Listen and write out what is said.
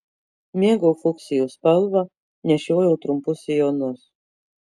mėgau fuksijų spalvą nešiojau trumpus sijonus